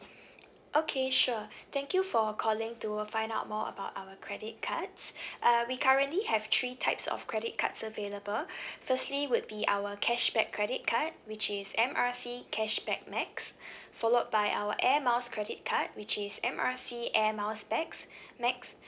okay sure thank you for calling to find out more about our credit cards uh we currently have three types of credit cards available firstly would be our cashback credit card which is M R C cashback max followed by our air miles credit card which is M R C air miles max max